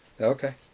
Okay